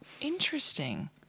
Interesting